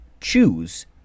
choose